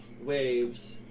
waves